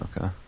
Okay